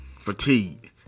fatigued